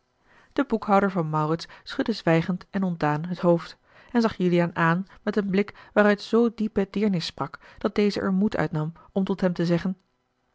de boekhouder van maurits schudde zwijgend en ontdaan het hoofd en zag juliaan aan met een blik waaruit zoo diepe deernis sprak dat deze er moed uit nam om tot hem te zeggen